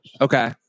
Okay